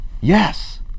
Yes